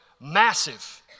massive